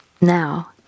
now